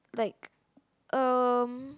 like um